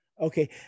Okay